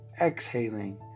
exhaling